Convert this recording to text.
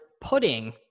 Pudding